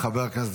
חוק הגיוס,